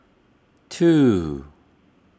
two